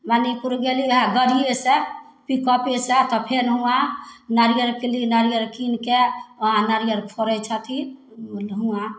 बनीपुर गेली वएह गाड़िएसे पिकअपेसे तऽ फेर हुआँ नारिअर किनली नारिअर कीनिके वहाँ नारिअर फोड़ै छथिन हुआँ